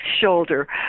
shoulder